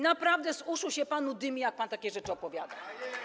Naprawdę z uszu się panu dymi, jak pan takie rzeczy opowiada.